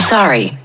Sorry